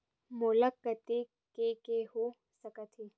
मोला कतेक के के हो सकत हे?